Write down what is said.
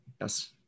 Yes